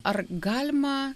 ar galima